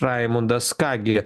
raimundas ką gi